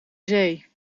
zee